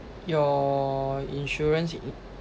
your insurance in